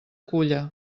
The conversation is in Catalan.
culla